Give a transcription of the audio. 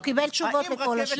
הוא קיבל תשובות לכל השאלות.